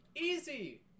Easy